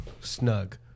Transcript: snug